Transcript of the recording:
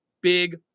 Big